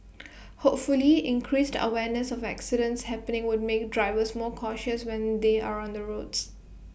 hopefully increased awareness of accidents happening would make drivers more cautious when they are on the roads